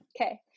Okay